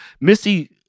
Missy